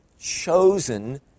chosen